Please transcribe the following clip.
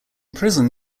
prison